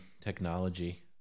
technology